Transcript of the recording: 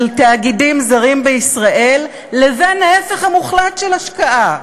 תאגידים זרים בישראל לבין ההפך המוחלט של השקעה,